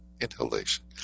inhalation